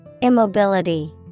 Immobility